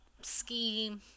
ski